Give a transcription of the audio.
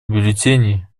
бюллетени